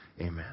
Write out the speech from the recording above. Amen